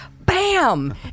BAM